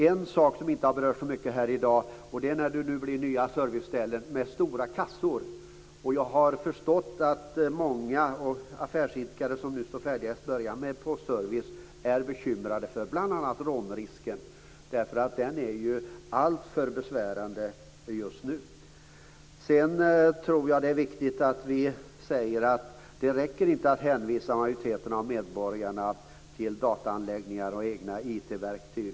En sak som inte har berörts så mycket här i dag är att det blir nya serviceställen med stora kassor. Jag har förstått att många affärsidkare som nu står färdiga att börja med postservice är bekymrade för bl.a. rånrisken. Den är ju alltför besvärande just nu. Sedan tror jag att det är viktigt att vi säger att det inte räcker att hänvisa majoriteten av medborgarna till dataanläggningar och egna IT-verktyg.